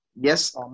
Yes